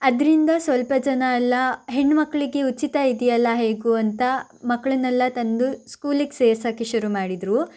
ಅದರಿಂದ ಸ್ವಲ್ಪ ಜನ ಎಲ್ಲ ಹೆಣ್ಣುಮಕ್ಕಳಿಗೆ ಉಚಿತ ಇದೆಯಲ್ಲ ಹೇಗೂ ಅಂತ ಮಕ್ಕಳನ್ನೆಲ್ಲ ತಂದು ಸ್ಕೂಲಿಗೆ ಸೇರ್ಸೋಕ್ಕೆ ಶುರು ಮಾಡಿದರು